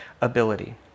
ability